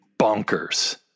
bonkers